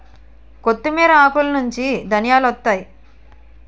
కొత్తిమీర ఆకులనుంచి ధనియాలొత్తాయి